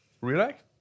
Relax